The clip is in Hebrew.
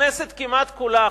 הכנסת כמעט כולה,